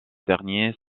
derniers